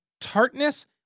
tartness